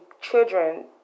children